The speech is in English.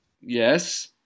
Yes